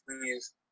please